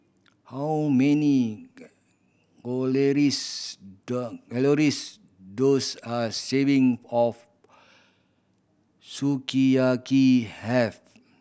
how many does a serving of Sukiyaki have